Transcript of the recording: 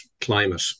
climate